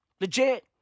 Legit